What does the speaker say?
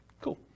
Cool